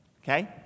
Okay